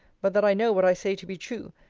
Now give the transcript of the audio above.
but that i know what i say to be true,